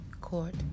Court